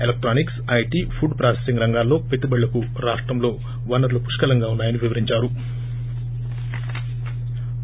ఎలక్రానిక్స్లో IT food processing రంగాల్లో పెట్టుబడులకు రాష్టంలో వనరులు పుష్కలంగా ఉన్నాయని వివరించారు